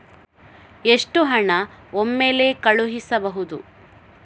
ಎಷ್ಟು ಹಣ ಒಮ್ಮೆಲೇ ಕಳುಹಿಸಬಹುದು?